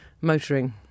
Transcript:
motoring